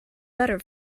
better